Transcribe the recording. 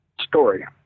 story